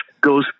goes